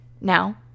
Now